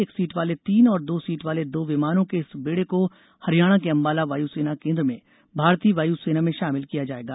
एक सीट वाले तीन और दो सीट वाले दो विमानों के इस बेड़े को हरियाणा के अंबाला वायुसेना केन्द्र में भारतीय वायु सेना में शामिल किया जाएगा